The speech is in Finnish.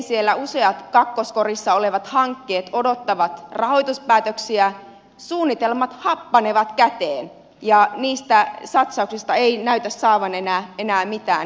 edelleenkin useat kakkoskorissa olevat hankkeet odottavat rahoituspäätöksiä suunnitelmat happanevat käteen ja niistä satsauksista ei näytä saavan enää mitään eloa